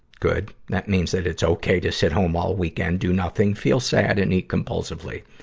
good. that means that it's okay to sit home all weekend, do nothing, feel sad, and eat compulsively.